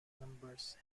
numbers